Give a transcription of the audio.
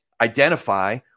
identify